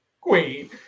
Queen